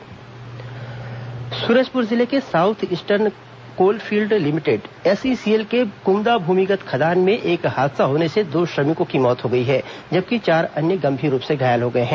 खदान हादसा सूरजपुर जिले के South Eastern Coal Fields Limited SECL के कुम्दा भूमिगत खदान में एक हादसा होने से दो श्रमिकों की मौत हो गई है जबकि चार अन्य गंभीर रुप से घायल हो गए हैं